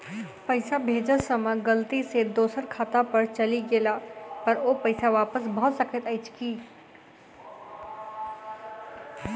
पैसा भेजय समय गलती सँ दोसर खाता पर चलि गेला पर ओ पैसा वापस भऽ सकैत अछि की?